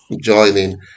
joining